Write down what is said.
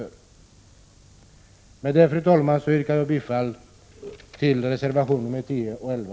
Fru talman! Med detta yrkar jag bifall till reservationerna 10 och 11.